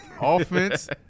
Offense